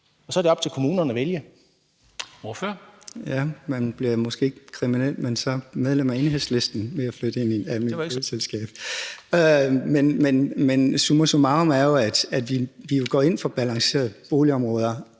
Kl. 18:04 Egil Hulgaard (KF): Man bliver måske ikke kriminel, men så medlem af Enhedslisten ved at flytte ind i et alment boligselskab. Men summa summarum er jo, at vi går ind for balancerede boligområder,